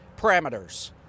parameters